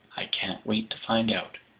i can't wait to find out.